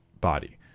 body